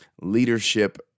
leadership